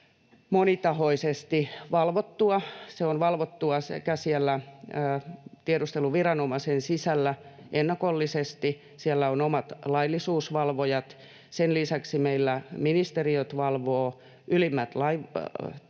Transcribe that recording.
varsin monitahoisesti valvottua. Se on valvottua siellä tiedusteluviranomaisen sisällä ennakollisesti, siellä on omat laillisuusvalvojat. Sen lisäksi meillä ministeriöt valvovat, ylimmät lainvalvojat